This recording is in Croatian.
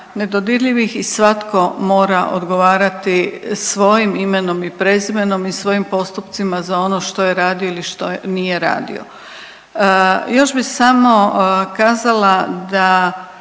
nedodirljivih i svatko mora odgovarati svojim imenom i prezimenom i svojim postupcima za ono što je radio ili što nije radio. Još bi samo kazala da